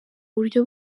buryo